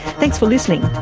thanks for listening.